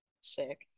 sick